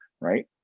right